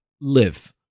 live